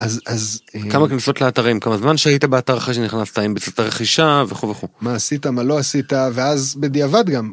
אז אז כמה כנסות לאתרים כמה זמן שהיית באתר אחרי שנכנסת האם בצעת רכישה וכו וכו מה עשית מה לא עשית ואז בדיעבד גם.